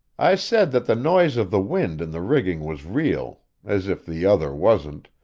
i said that the noise of the wind in the rigging was real, as if the other wasn't,